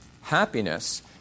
happiness